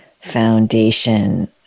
foundation